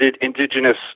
indigenous